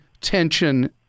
tension